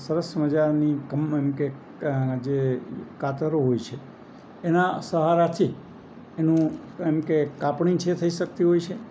સરસ મજાની જે કાતરો હોય છે એના સહારાથી એનું એમ કે કાપણી છે થઈ શકતી હોય છે